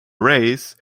race